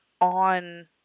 on